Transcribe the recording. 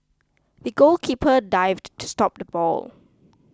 the goalkeeper dived to stop the ball